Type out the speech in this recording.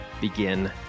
begin